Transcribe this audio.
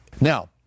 Now